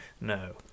No